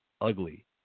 ugly